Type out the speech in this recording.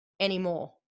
anymore